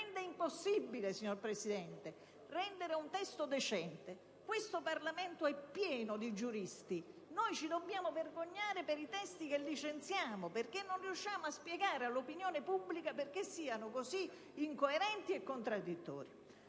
rende impossibile ottenere un testo decente, signora Presidente. Questo Parlamento è pieno di giuristi. Noi ci dobbiamo vergognare per i testi che licenziamo; non riusciamo infatti a spiegare all'opinione pubblica perché siano così incoerenti e contradditori.